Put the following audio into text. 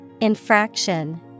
Infraction